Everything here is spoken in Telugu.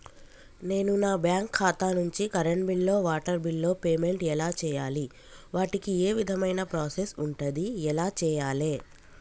నేను నా బ్యాంకు ఖాతా నుంచి కరెంట్ బిల్లో వాటర్ బిల్లో పేమెంట్ ఎలా చేయాలి? వాటికి ఏ విధమైన ప్రాసెస్ ఉంటది? ఎలా చేయాలే?